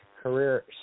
career